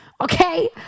Okay